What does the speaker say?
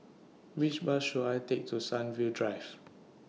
Which Bus should I Take to Sunview Drive